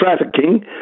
trafficking